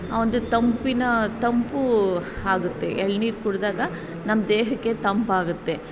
ಒಂದು ತಂಪಿನ ತಂಪು ಆಗುತ್ತೆ ಎಳ್ನೀರು ಕುಡಿದಾಗ ನಮ್ಮ ದೇಹಕ್ಕೆ ತಂಪಾಗುತ್ತೆ